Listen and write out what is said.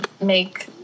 make